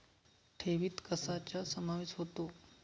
ठेवीत कशाचा समावेश होतो?